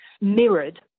mirrored